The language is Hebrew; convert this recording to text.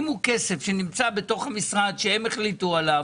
אם הוא כסף שנמצא בתוך המשרד והם החליטו עליו,